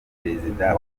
perezida